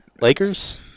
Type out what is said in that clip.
Lakers